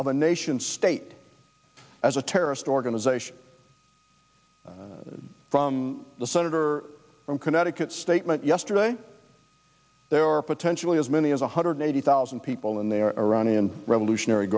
of a nation state as a terrorist organization the senator from connecticut statement yesterday there are potentially as many as one hundred eighty thousand people in the iranian revolutionary